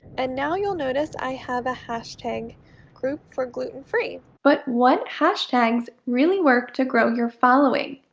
and now you'll notice i have a hashtag group for gluten free. but what hashtags really work to grow your following?